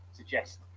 suggest